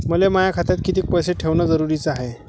मले माया खात्यात कितीक पैसे ठेवण जरुरीच हाय?